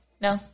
no